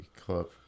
club